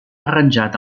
arranjat